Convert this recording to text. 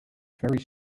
very